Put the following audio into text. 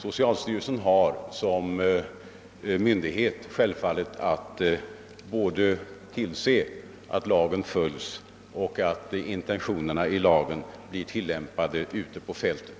Socialstyrelsen har som myndighet självfallet att tillse både att lagen följs och att lagens intentioner blir tillämpade ute på fältet.